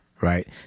right